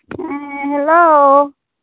ᱦᱮᱸ ᱦᱮᱞᱳ